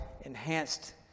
enhanced